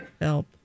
help